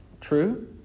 True